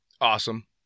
Awesome